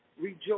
Rejoice